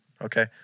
Okay